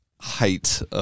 height